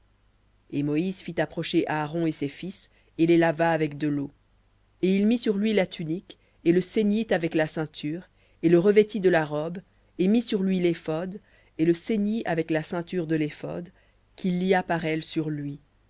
et moïse fit approcher aaron et ses fils et les lava avec de leau et il mit sur lui la tunique et le ceignit avec la ceinture et le revêtit de la robe et mit sur lui l'éphod et le ceignit avec la ceinture de l'éphod qu'il lia par elle sur lui